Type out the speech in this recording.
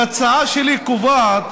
ההצעה שלי קובעת